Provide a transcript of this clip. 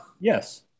Yes